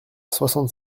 soixante